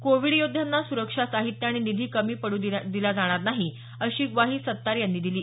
Covid योद्ध्यांना सुरक्षा साहित्य आणि निधी कमी पडू देणार नाही अशी ग्वाही सत्तार यांनी यावेळी दिली